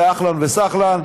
זה אהלן וסהלן.